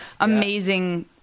amazing